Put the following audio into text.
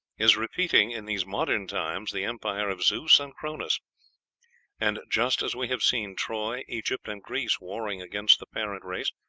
is repeating in these modern times the empire of zeus and chronos and, just as we have seen troy, egypt, and greece warring against the parent race,